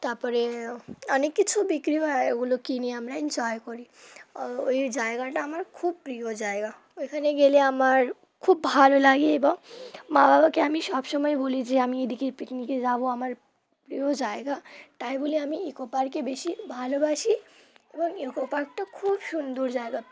তার পরে অনেক কিছু বিক্রি হয় ওগুলো কিনি আমরা এনজয় করি ওই জায়গাটা আমার খুব প্রিয় জায়গা ওইখানে গেলে আমার খুব ভালো লাগে এবং মা বাবাকে আমি সবসময় বলি যে আমি এদিকে পিকনিকে যাব আমার প্রিয় জায়গা তাই বলি আমি ইকো পার্কে বেশি ভালোবাসি এবং ইকো পার্কটা খুব সুন্দর জায়গা